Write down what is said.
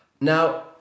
Now